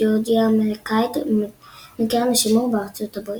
ג'ורג'יה האמריקאית מקרן השימור בארצות הברית.